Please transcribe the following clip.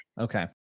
Okay